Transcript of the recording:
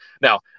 Now